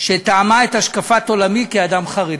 שתאמה את השקפת עולמי כאדם חרדי.